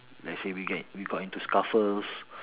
let's say we get we got into scuffles